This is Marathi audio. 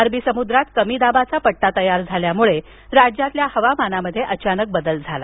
अरबी समुद्रात कमी दाबाचा पट्टा तयार झाल्यामुळे राज्यातील हवामानात अचानक बदल झाला